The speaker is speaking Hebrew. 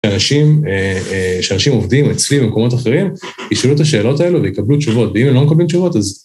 שאנשים... אה... אה... שאנשים עובדים אצלי, במקומות אחרים, ישאלו את השאלות האלו ויקבלו תשובות, ואם הם לא מקבלים תשובות אז...